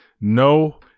no